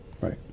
right